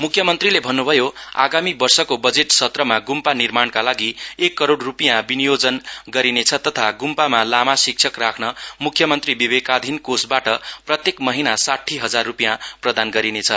मुख्यमन्त्रीले भन्नुभयोआगामी वर्षको बजेट सत्रमा गुम्पा निर्माणका लागि एक करोइ रुपियाँ विनियोजना गरिनेछ तथा गुम्पामा लामा शिक्षक राख्न मुख्यमन्त्री विवेकाधिन कोषबाट प्रत्येक महिना साट्टी हजार रुपियाँ प्रदान गरिनेछ